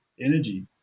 energy